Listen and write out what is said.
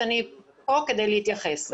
אז אני פה כדי להתייחס.